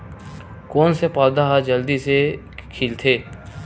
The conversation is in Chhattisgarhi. कोन से पौधा ह जल्दी से खिलथे?